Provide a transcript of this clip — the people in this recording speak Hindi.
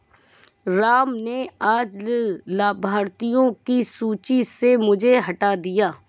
राम ने आज लाभार्थियों की सूची से मुझे हटा दिया है